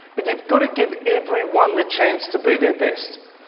but you've got to give everyone the chance to be their best,